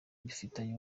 bifitanye